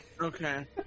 Okay